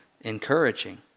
encouraging